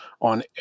on